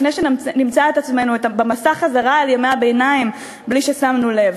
לפני שנמצא את עצמנו במסע חזרה אל ימי הביניים בלי ששמנו לב.